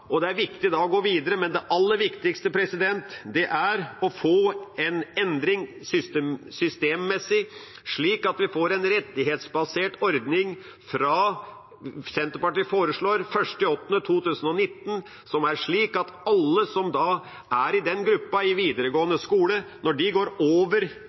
og det er viktig å gå videre. Men det aller viktigste er å få en systemmessig endring, slik at vi får en rettighetsbasert ordning fra 1. august 2019, foreslår Senterpartiet. Den bør være slik at alle som er i den gruppa i videregående skole, skal ha en automatisk rett til en plass når de går over